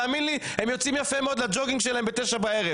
תאמין לי שהם יוצאים יפה מאוד לג'וגינג שלהם ב-9:00 בערב